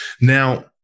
Now